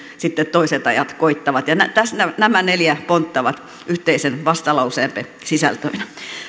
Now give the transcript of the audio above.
sitten toiset ajat koittavat nämä neljä pontta ovat yhteisen vastalauseemme sisältöinä